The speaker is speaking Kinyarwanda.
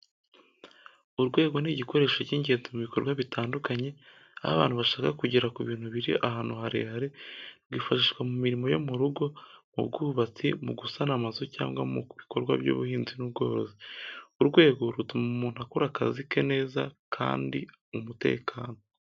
Urwego ni igikoresho cy’ingenzi mu bikorwa bitandukanye, aho abantu bashaka kugera ku bintu biri ahantu harehare. Rwifashishwa mu mirimo yo mu rugo, mu bwubatsi, mu gusana amazu cyangwa mu bikorwa by’ubuhinzi n’ubworozi. Urwego rutuma umuntu akora akazi ke neza kandi mu mutekano.